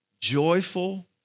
joyful